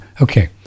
Okay